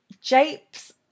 japes